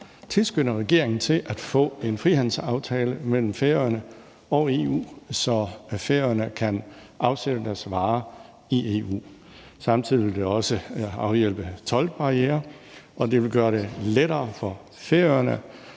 tilskynde regeringen til at få en frihandelsaftale mellem Færøerne og EU, så Færøerne kan afsætte deres varer i EU. Samtidig vil det også afhjælpe toldbarrierer, og det vil gøre det lettere for Færøerne